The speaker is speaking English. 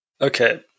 Okay